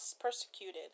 persecuted